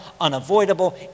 unavoidable